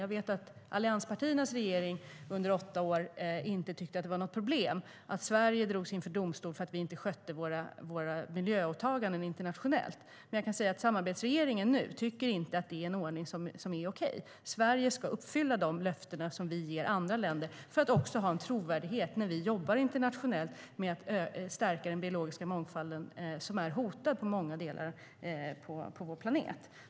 Jag vet att allianspartiernas regering under åtta år inte tyckte att det var något problem att Sverige drogs inför domstol därför att vi inte skötte våra miljöåtaganden internationellt. Samarbetsregeringen tycker inte att det är en ordning som är okej. Sverige ska uppfylla de löften som vi ger andra länder för att ha en trovärdighet när vi jobbar internationellt med att stärka den biologiska mångfalden som är hotad i många delar av vår planet.